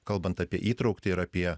kalbant apie įtrauktį ir apie